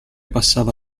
passava